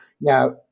now